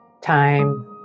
time